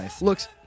looks